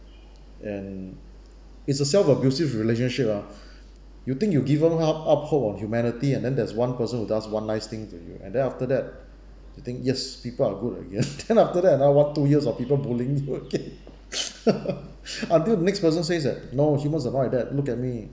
and it's a self abusive relationship ah you think you given up uphold on humanity and then there's one person who does one nice thing to you and then after that you think yes people are good again then after that another one two years of people bullying you again until the next person says that no humans are not like that look at me